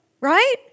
right